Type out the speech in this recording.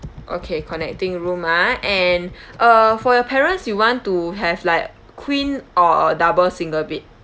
okay connecting room ah and uh for your parents you want to have like queen or double single bed